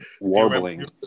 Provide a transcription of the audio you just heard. warbling